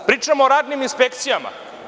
Pričamo o radnim inspekcijama.